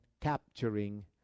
capturing